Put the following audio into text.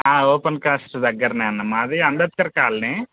open cast దగ్గర అన్న మాది అంబేద్కర్ కాలనీ